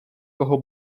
koho